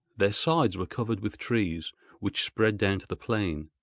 their sides were covered with trees which spread down to the plain,